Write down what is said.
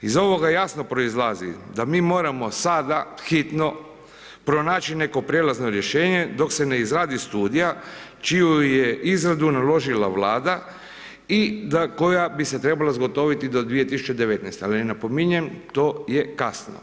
Iz ovoga jasno proizlazi da mi moramo sada hitno pronaći neko prijelazno rješenje dok se ne izradi studija čiju je izradu naložila Vlada i koja bi se trebala zgotoviti do 2019. ali napominjem, to je kasno.